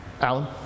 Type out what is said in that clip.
Alan